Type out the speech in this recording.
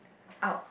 out